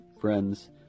friends